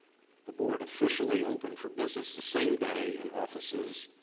the board officially opened for business the same day in offices